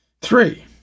Three